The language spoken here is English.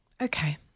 Okay